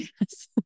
yes